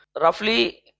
roughly